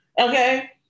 Okay